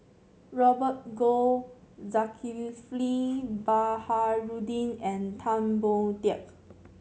Robert Goh Zulkifli Baharudin and Tan Boon Teik